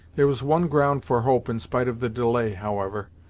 there was one ground for hope in spite of the delay, however,